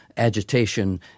agitation